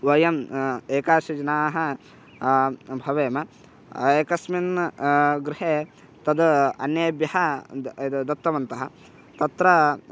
वयम् एकादशजनाः भवेम एकस्मिन् गृहे तद् अन्येभ्यः एतद् दत्तवन्तः तत्र